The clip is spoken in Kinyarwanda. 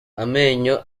amenyo